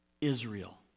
Israel